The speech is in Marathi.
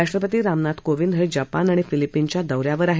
राष्ट्रपती रामनाथ कोविंद हे जपान आणि फिलिपीन्सच्या दौऱ्यावर आहेत